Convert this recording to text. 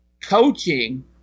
coaching